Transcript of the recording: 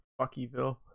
Buckyville